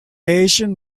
asian